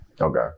okay